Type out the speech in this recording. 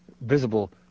visible